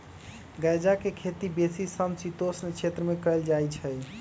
गञजा के खेती बेशी समशीतोष्ण क्षेत्र में कएल जाइ छइ